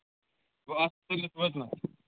گوٚو اَتھ تُلِتھ وٲتنَس